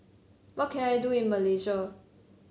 what can I do in Malaysia